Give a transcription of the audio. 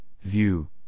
view